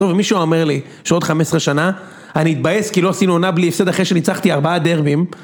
נו ומישהו אומר לי שעוד 15 שנה אני אתבאס כי לא עשינו עונה בלי הפסד אחרי שניצחתי ארבעה דרבים